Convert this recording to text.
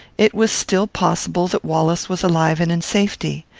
it was still possible that wallace was alive and in safety.